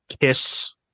kiss